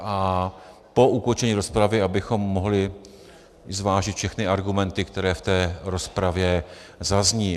A po ukončení rozpravy, abychom mohli zvážit všechny argumenty, které v té rozpravě zazní.